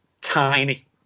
tiny